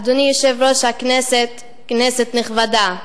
אדוני יושב-ראש הכנסת, כנסת נכבדה,